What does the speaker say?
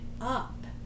up